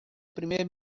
primer